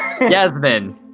Yasmin